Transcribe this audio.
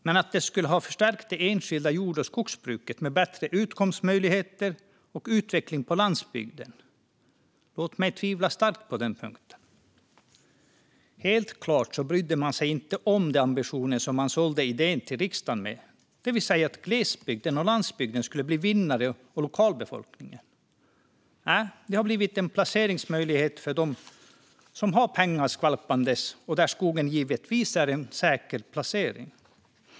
Men att det skulle ha förstärkt det enskilda jord och skogsbruket med bättre utkomstmöjligheter och utveckling på landsbygden tvivlar jag starkt på. Helt klart brydde man sig inte om de ambitioner som man sålde idén till riksdagen med, det vill säga att glesbygden, landsbygden och lokalbefolkningen skulle bli vinnare. Nej, det har blivit en placeringsmöjlighet för dem som har pengar skvalpandes, och där är skogen givetvis en säker placering.